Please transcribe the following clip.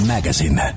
Magazine